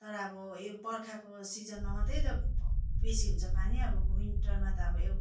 तर अब यो बर्खाको सिजनमा मात्रै त बेसी हुन्छ पानी अब विन्टरमा त अब एउ